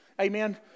Amen